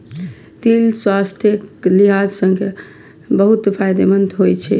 तिल स्वास्थ्यक लिहाज सं बहुत फायदेमंद होइ छै